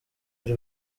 ari